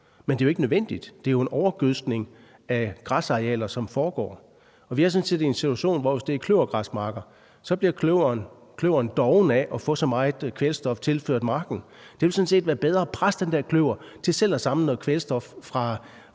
men det er ikke nødvendigt. Det er jo en overgødskning af græsarealer, som foregår. Og hvis det er kløvergræsmarker, er vi sådan set i en situation, hvor kløveren bliver doven af at få så meget kvælstof tilført marken. Det vil sådan set være bedre at presse den der kløver til selv at samle noget kvælstof fra